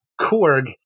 korg